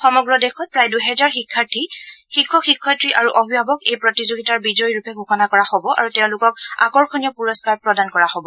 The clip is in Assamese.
সমগ্ৰ দেশত প্ৰায় দূহেজাৰ শিক্ষাৰ্থী শিক্ষক শিক্ষয়িত্ৰী আৰু অভিভাৱক এই প্ৰতিযোগিতাৰ বিজয়ী ৰূপে ঘোষণা কৰা হব আৰু তেওঁলোকক আকৰ্যণীয় পুৰস্কাৰ প্ৰদান কৰা হব